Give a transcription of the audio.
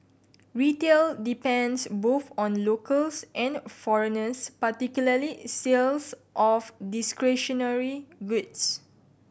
retail depends both on locals and foreigners particularly sales of discretionary goods